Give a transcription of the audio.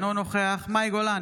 אינו נוכח מאי גולן,